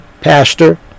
Pastor